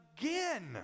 again